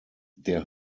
der